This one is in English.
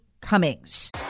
Cummings